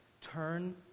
Turn